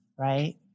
right